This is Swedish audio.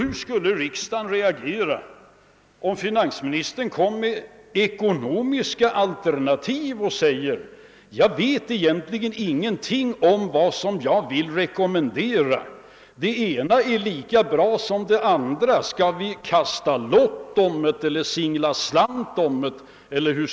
Hur skulle riksdagen reagera, om finansministern lade fram olika ekonomiska alternativ och sade: »Jag vet egentligen inte vad jag vill rekommendera. Det ena alternativet är lika bra som det andra. Låt oss dra lott eller singla slant om saken!«?